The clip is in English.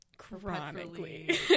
Chronically